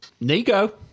Nico